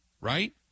right